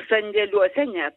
sandėliuose net